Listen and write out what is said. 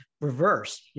reverse